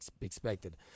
expected